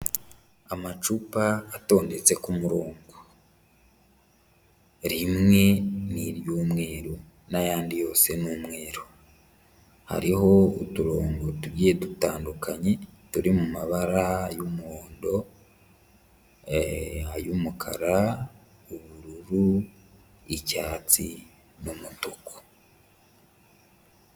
Amacupa atondetse ku murongo, rimwe ni iry'umweru n'ayandi yose ni umweru, hariho uturongo tugiye dutandukanye turi mu mabara y'umuhondo, ay'umukara, ubururu, icyatsi n'umutuku.